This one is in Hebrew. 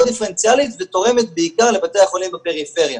דיפרנציאלית ותורמת בעיקר לבתי החולים בפריפריה.